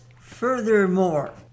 Furthermore